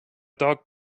dog